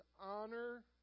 Honor